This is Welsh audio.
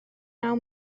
naw